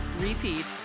repeat